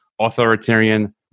authoritarian